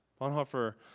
Bonhoeffer